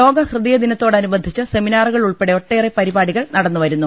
ലോകഹൃദയദിനത്തോടനുബന്ധിച്ച് സെമിനാറുകൾ ഉൾപ്പെടെ ഒട്ടേറെ പരിപാടികൾ നടന്നുവരുന്നു